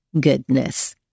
goodness